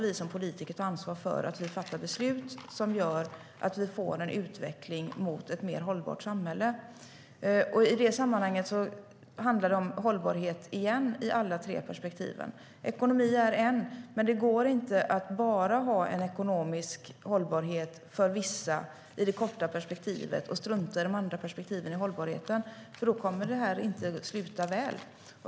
Vi som politiker måste ta ansvar för att vi fattar beslut som gör att vi får en utveckling mot ett mer hållbart samhälle. I det sammanhanget handlar det om hållbarhet igen, i alla tre perspektiven. Ekonomi är en sak, men det går inte att bara ha en ekonomisk hållbarhet för vissa i det korta perspektivet och strunta i de andra perspektiven i hållbarheten. Då kommer nämligen det här inte att sluta väl.